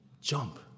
jump